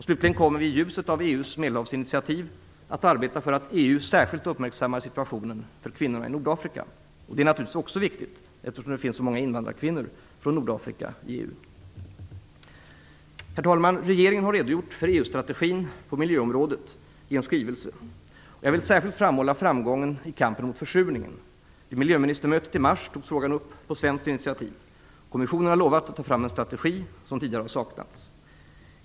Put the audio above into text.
Slutligen kommer vi i ljuset av EU:s Medelhavsinitiativ att arbeta för att EU särskilt uppmärksammar situationen för kvinnorna i Nordafrika. Det är naturligtvis också viktigt eftersom det finns så många invandrarkvinnor från Nordafrika i EU. Herr talman! Regeringen har redogjort för EU strategin på miljöområdet i en skrivelse. Jag vill särskilt framhålla framgången i kampen mot försurningen. Vid miljöministermötet i mars togs frågan upp på svenskt initiativ. Kommissionen har lovat att ta fram en strategi som tidigare har saknats.